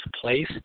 place